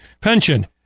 pension